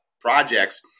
projects